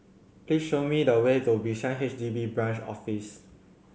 please show me the way to Bishan H D B Branch Office